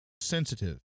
sensitive